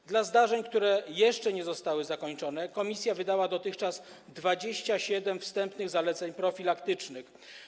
W przypadku zdarzeń, których badanie jeszcze nie zostało zakończone, komisja wydała dotychczas 27 wstępnych zaleceń profilaktycznych.